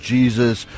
Jesus